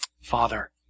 Father